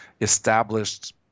established